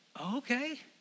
okay